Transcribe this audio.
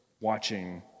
watching